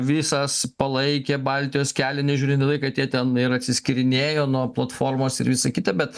visas palaikė baltijos kelią nežiūrint į tai kad jie ten ir atsiskyrinėjo nuo platformos ir visa kita bet